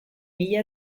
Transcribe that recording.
mila